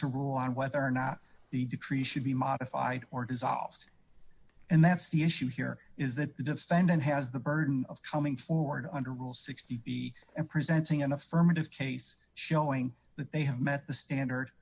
to rule on whether or not the decree should be modified or dissolved and that's the issue here is that the defendant has the burden of coming forward under rule sixty b and presenting an affirmative case showing that they have met the standard